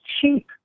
cheap